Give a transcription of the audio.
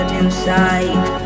inside